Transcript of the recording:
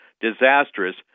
disastrous